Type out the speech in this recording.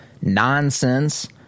nonsense